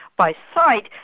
by sight,